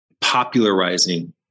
popularizing